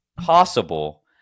possible